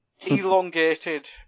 Elongated